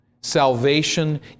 Salvation